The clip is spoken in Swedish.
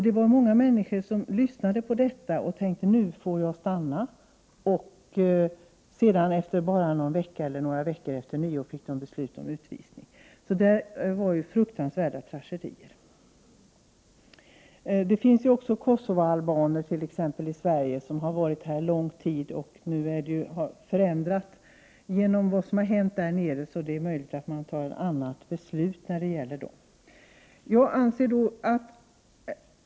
Det var många människor som tänkte att nu skulle de få stanna, och sedan några veckor efter nyår fick de besked om utvisning. Där uppstod fruktansvärda tragedier. Det finns t.ex. kosovoalbaner som har varit lång tid i Sverige. I samband med vad som har hänt i de trakterna har det skett förändringar, så att det är möjligt att andra beslut skall fattas när det gäller dem.